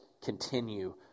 continue